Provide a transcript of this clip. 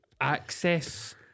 access